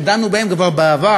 שדנו בהן גם בעבר,